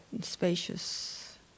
spacious